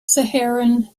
saharan